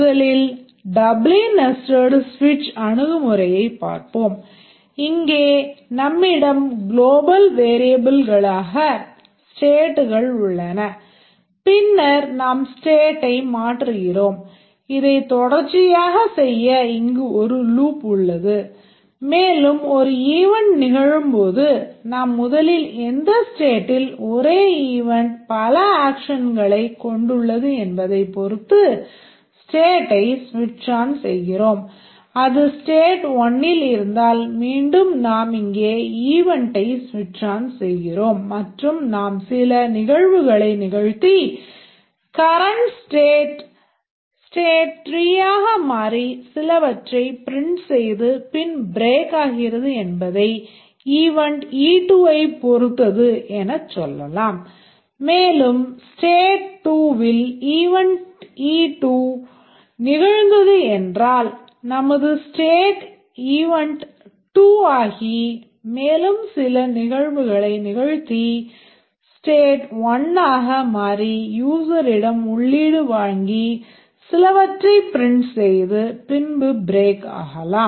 முதலில் doubly nested ஸ்விட்ச் ஆகலாம்